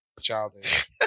Childish